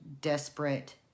desperate